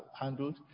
handled